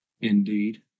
Indeed